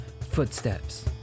footsteps